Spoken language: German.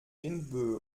windböe